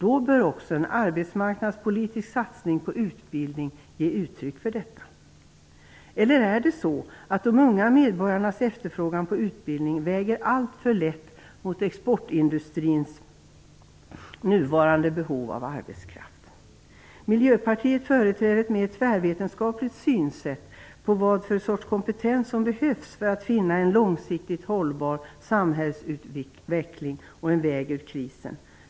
Då bör också en arbetsmarknadspolitisk satsning på utbildning ge uttryck för detta. Är det så att de unga medborgarnas efterfrågan på utbildning väger alltför lätt mot exportindustrins nuvarande behov av arbetskraft? Miljöpartiet företräder ett mer tvärvetenskapligt synsätt när det gäller vad för sorts kompetens som behövs för att finna en långsiktigt hållbar samhällsutveckling och en väg ur krisen.